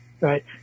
right